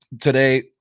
today